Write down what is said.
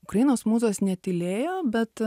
ukrainos mūzos netylėjo bet